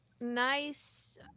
nice